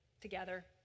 together